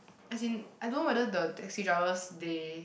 as in I don't know whether the taxi drivers they